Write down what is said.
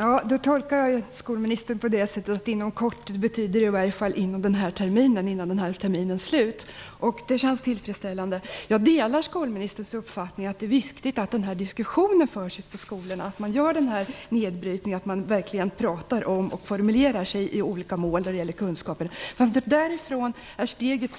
Fru talman! Jag tolkar skolministern som att inom kort betyder före den här terminens slut. Det känns tillfredsställande. Jag delar skolministerns uppfattning att det är viktigt att den här diskussionen förs ute på skolorna, att man gör den här nedbrytningen och att man verkligen pratar om och formulerar olika kunskapsmål. För